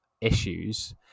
issues